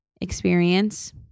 experience